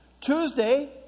Tuesday